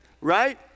right